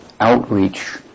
outreach